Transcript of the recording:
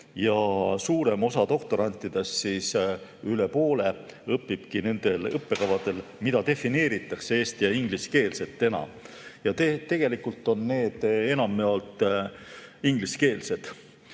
Suurem osa doktorantidest, üle poole, õpibki nendel õppekavadel, mida defineeritakse eesti‑ ja ingliskeelsetena. Tegelikult on need enamjaolt ingliskeelsed.